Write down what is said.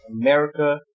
America